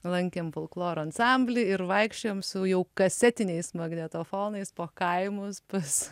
lankėm folkloro ansamblį ir vaikščiojom su jau kasetiniais magnetofonais po kaimus pas